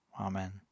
Amen